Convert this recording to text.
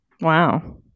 Wow